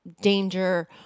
danger